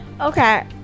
Okay